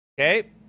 Okay